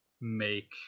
make